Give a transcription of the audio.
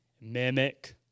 mimic